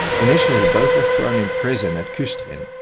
initially, both were thrown in prison at kustrin,